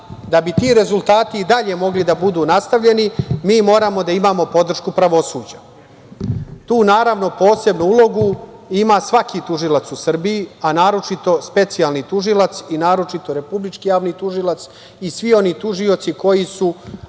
da bi ti rezultati i dalje mogli da budu nastavljeni mi moramo da imamo podršku pravosuđa. Tu, naravno, posebnu ulogu ima svaki tužilac u Srbiji, a naročito specijalni tužilac i naročito Republički javni tužilac i svi oni tužioci koji su